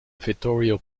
vittorio